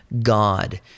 God